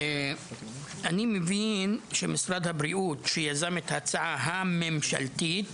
אני מבין שמשרד הבריאות שיזם את ההצעה הממשלתית